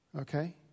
Okay